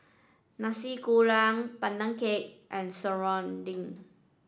Nasi Kuning Pandan Cake and Serunding